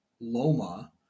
Loma